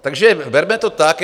Takže berme to tak.